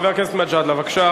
חבר הכנסת גאלב מג'אדלה, בבקשה.